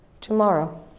tomorrow